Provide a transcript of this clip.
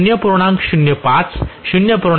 05 0